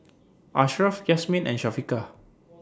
Ashraf Yasmin and Syafiqah